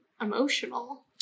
emotional